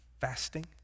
fasting